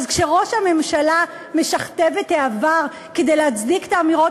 אז כשראש הממשלה משכתב את העבר כדי להצדיק את האמירות